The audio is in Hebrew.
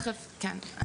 כן.